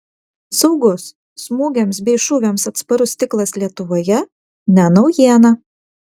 saugus smūgiams bei šūviams atsparus stiklas lietuvoje ne naujiena